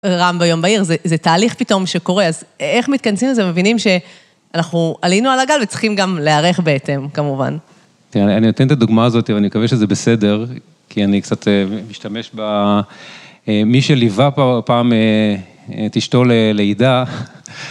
רעם ביום בהיר, זה תהליך פתאום שקורה, אז איך מתכנסים לזה? מבינים שאנחנו עלינו על הגל וצריכים גם להיערך בהתאם, כמובן. אני אתן את הדוגמה הזאת ואני מקווה שזה בסדר, כי אני קצת משתמש במי שליווה פעם את אשתו ללידה.